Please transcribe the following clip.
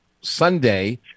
Sunday